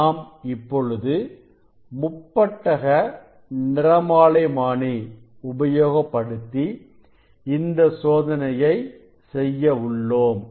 நாம் இப்பொழுது முப்பட்டக நிறமாலைமானி உபயோகப்படுத்தி இந்த சோதனையை செய்ய உள்ளோம்